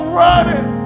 running